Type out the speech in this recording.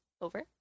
over